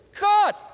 God